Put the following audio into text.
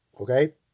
okay